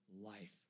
life